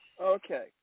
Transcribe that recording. Okay